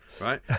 Right